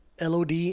LOD